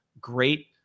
great